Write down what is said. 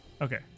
Okay